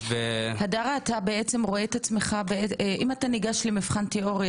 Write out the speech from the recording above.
אם אתה ניגש למבחן תיאוריה,